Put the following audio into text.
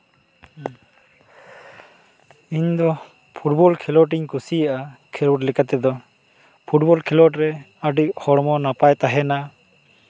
ᱤᱧ ᱫᱚ ᱯᱷᱩᱴᱵᱚᱞ ᱠᱷᱮᱞᱳᱰᱤᱧ ᱠᱩᱥᱤᱭᱟᱜᱼᱟ ᱠᱷᱮᱞᱳᱰ ᱞᱮᱠᱟᱛᱮᱫᱚ ᱯᱷᱩᱴᱵᱚᱞ ᱠᱷᱮᱞᱳᱰ ᱨᱮ ᱟᱹᱰᱤ ᱦᱚᱲᱢᱚ ᱱᱟᱯᱟᱭ ᱛᱟᱦᱮᱱᱟ